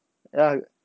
ya